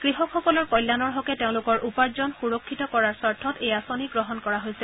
কৃষকসকলৰ কল্যাণৰ হকে তেওঁলোকৰ উপাৰ্জন সুৰক্ষিত কৰাৰ স্বাৰ্থত এই আঁচনি গ্ৰহণ কৰা হৈছে